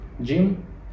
gym